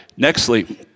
Nextly